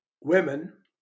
women